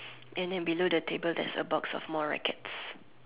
and then below the table there is a box of more rackets